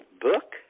book